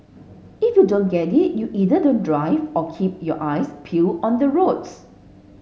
if you don't get it you either don't drive or keep your eyes peeled on the roads